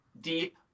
deep